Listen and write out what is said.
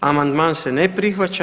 Amandman se ne prihvaća.